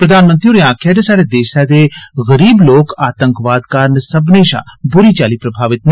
प्रधानमंत्री होरें आखेआ जे स्हाड़े देसै दे गरीब लोक आतंकवाद कारण सब्मनें शा बुरी चाल्ली प्रभावित न